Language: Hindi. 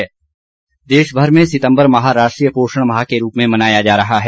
पोषण देशभर में सितम्बर माह राष्ट्रीय पोषण माह के रूप में मनाया जा रहा है